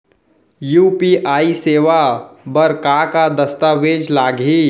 UPI सेवा बर का का दस्तावेज लागही?